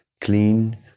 clean